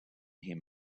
him